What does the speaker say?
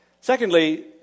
Secondly